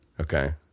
Okay